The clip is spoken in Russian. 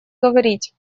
говорить